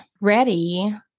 ready